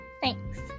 Thanks